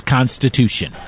Constitution